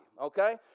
okay